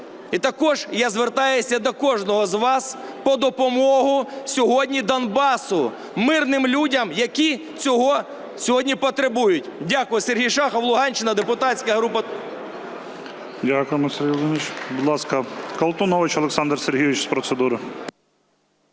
І також я звертаюся до кожного з вас по допомогу сьогодні Донбасу, мирним людям, які цього сьогодні потребують. Дякую. Сергій Шахов, Луганщина, депутатська група "Довіра". ГОЛОВУЮЧИЙ. Дякуємо Сергій Володимирович. Будь ласка, Колтунович Олександр Сергійович з процедури.